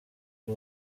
ari